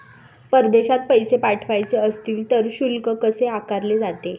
परदेशात पैसे पाठवायचे असतील तर शुल्क कसे आकारले जाते?